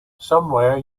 somewhere